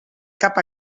cap